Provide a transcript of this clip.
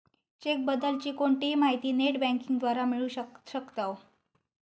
check बद्दल ची कोणतीही माहिती नेट बँकिंग द्वारा मिळू शकताव